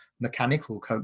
mechanical